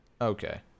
Okay